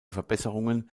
verbesserungen